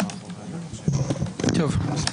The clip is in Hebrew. בבקשה.